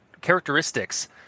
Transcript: characteristics